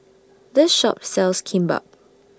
This Shop sells Kimbap